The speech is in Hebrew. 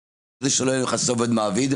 כדי שלא יהיו יחסי עובד-מעביד,